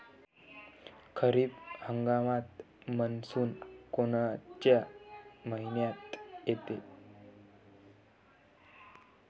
खरीप हंगामात मान्सून कोनच्या मइन्यात येते?